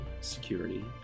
security